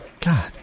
God